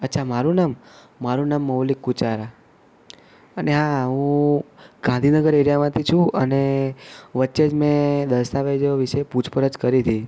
અચ્છા મારું નામ મારું નામ મૌલિક ગુજારા અને હા હું ગાંધીનગર એરિયામાંથી છું અને વચ્ચે જ મેં દસ્તાવેજો વિષે પૂછપરછ કરી હતી